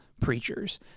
preachers